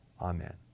Amen